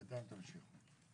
בינתיים תמשיכו.